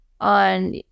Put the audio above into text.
on